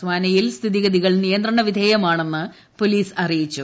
സ്യാനയിൽ സ്ഥിതിഗ്രികൾ നിയന്ത്രണവിധേയമാണെന്ന് പോലീസ് അറിയിച്ചു